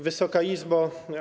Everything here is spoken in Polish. Wysoka Izbo!